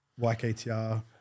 YKTR